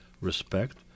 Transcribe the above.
respect